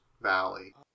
valley